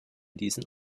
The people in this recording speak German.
diesen